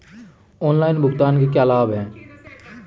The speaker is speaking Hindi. ऑनलाइन भुगतान के क्या लाभ हैं?